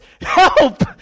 help